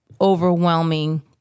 overwhelming